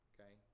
Okay